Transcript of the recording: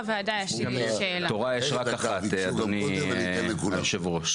תורה יש רק אחת, אדוני היושב ראש.